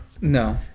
No